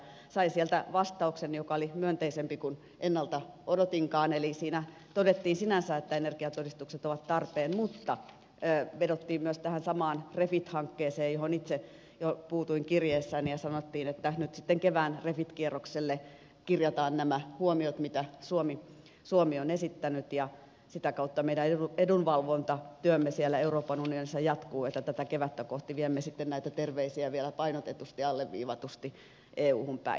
sain sieltä vastauksen joka oli myönteisempi kuin ennalta odotinkaan eli siinä todettiin sinänsä että energiatodistukset ovat tarpeen mutta vedottiin myös tähän samaan refit hankkeeseen johon itse puutuin kirjeessäni ja sanottiin että nyt sitten kevään refit kierrokselle kirjataan nämä huomiot mitä suomi on esittänyt ja sitä kautta meidän edunvalvontatyömme euroopan unionissa jatkuu eli kevättä kohti viemme sitten näitä terveisiä vielä painotetusti alleviivatusti euhun päin